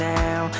now